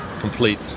complete